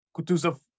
Kutuzov